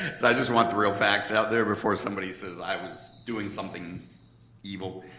i just want the real facts out there before somebody says i was doing something evil.